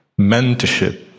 mentorship